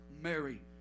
Mary